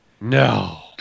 No